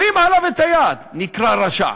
הרים עליו את היד, נקרא רשע.